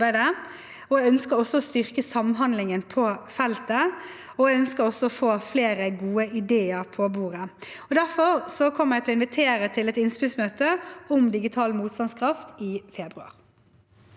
Jeg ønsker også å styrke samhandlingen på feltet og å få flere gode ideer på bordet. Jeg kommer derfor til å invitere til et innspillsmøte om digital motstandskraft i februar.